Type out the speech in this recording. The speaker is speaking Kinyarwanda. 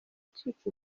ucika